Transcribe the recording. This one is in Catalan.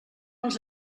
els